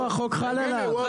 לא, החוק חל עליו.